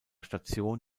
station